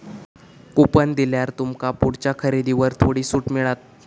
coupon दिल्यार तुमका पुढच्या खरेदीवर थोडी सूट मिळात